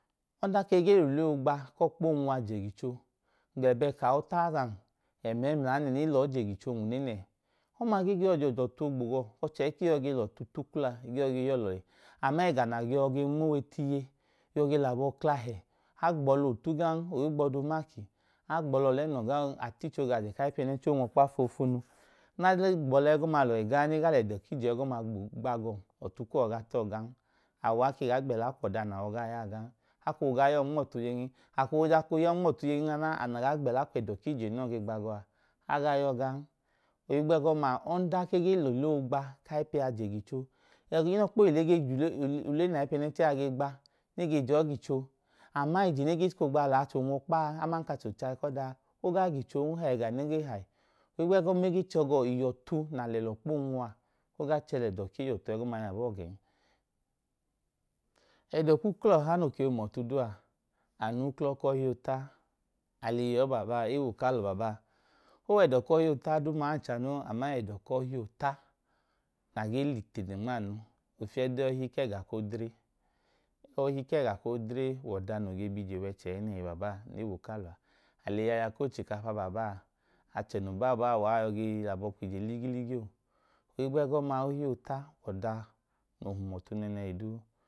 Ọdanka a ge yọi lẹ ule oogba ku ọkpa oonwu a je gicho lẹ bẹnka autawuzan ẹmla ẹmla nẹ, nẹ e lọọ je gicho nwune nẹ, ọma i gee yọi je ọtu oogbo gawọ, ọchẹ i gee yọi lẹ ọtu ta uklọ a, ge yọi ya ọọ lọhi. Ama ẹga nẹ a ge ma owe tu iye, yọ ge lẹ abọ kla ahẹ. A gbiyọla otu glan, a gbiyọla ọlẹnọ glan, a ta icho ga ajẹ ku ayipẹnẹnchẹ oonwu ọkpa foofunu. A jen gbiyọla lọhi glan chẹẹ e gaa lẹ dọ ku ije ẹgọma gba gawọ, ọtu kuwọ i gaa ta ọọ gan. Awọ a koo gaa gbẹla kwu ọda nẹ a gaa ya a gan. A koo dọka ooyọọ nma ọtu yẹngeen. A koo gaa ya ọọ nma ọtu yengee naana, ẹdọ ku ije nẹ e ge gba gawọ a, a ga ya ọọ gan. Ohigbu ẹgọma, a ọndanka e lẹ ule ku inọkpa oogba ku ayipẹ a, je gicho. Ẹga inọkpa ohile, ule nẹ ayipẹ a ge gba a, e ge je ọọ gicho. Aman ije nẹ e chika oogba lẹ achẹ onwọkpa aman ka achẹ ochayi ku ọda a, o gaa gichon, o hayi ẹga noo hayi. Ohigbu ẹgọma, ihọtu nẹ a lẹ lẹ ọkpa oonwu a, o gaa chẹ lẹ uwọ lẹ ẹdọ ku ihọtu ẹgọma yọ abọọ gẹn. Ẹdọ ku uklọ ọha noo hum ọtu duu a, anu wẹ uklọ ku ọhi oota. A lẹ eyi yẹ ọọ baa baa, ewo ku alọ baa baa, o wẹ ẹdọ ku ọhi oota duuma ancha noo, ama ẹdọ ku ọhi nẹ a ge lẹ itene nma anu. Ofiyẹ duu, ipu ẹga ku odre. Ọhi ku ẹga ku odre wẹ ọda noo ge bi ije wa ẹchẹ baa baa, ipu ewo kalọ. A leyi yẹ aya ku ochikapa baa baa, achẹ noo baa bọọ a, uwa yọ ge lẹ abọ kwu ije ligiligi oo. Ọma ya nẹ ọhi oota wẹ ọda noo hum ọtu nẹẹnẹhi duu